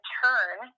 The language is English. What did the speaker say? turn